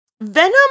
Venom